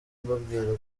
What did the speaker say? mbabwira